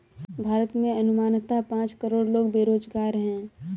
भारत में अनुमानतः पांच करोड़ लोग बेरोज़गार है